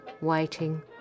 waiting